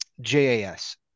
JAS